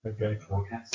Okay